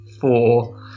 four